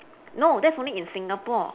no that's only in singapore